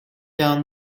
down